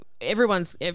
everyone's